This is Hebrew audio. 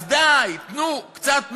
אז די, תנו קצת מרגוע.